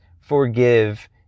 forgive